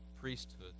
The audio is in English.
priesthood